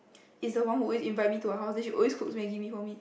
is the one who always invite me to her house den she always cooks maggi mee for me